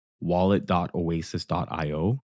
wallet.oasis.io